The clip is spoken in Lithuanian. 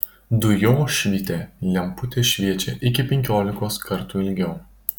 dujošvytė lemputė šviečia iki penkiolikos kartų ilgiau